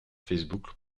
facebook